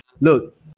Look